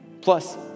Plus